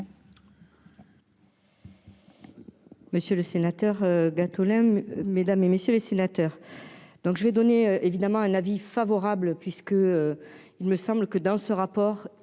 Monsieur le sénateur Gattolin mesdames et messieurs les sénateurs, donc je vais donner évidemment un avis favorable puisque, il me semble que dans ce rapport,